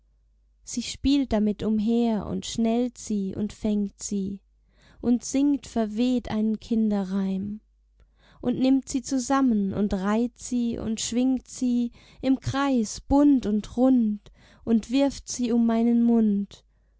sie spielt damit umher und schnellt sie und fängt sie und singt verweht einen kinderreim und nimmt sie zusammen und reiht sie und schwingt sie im kreis bunt und rund und wirft sie um meinen mund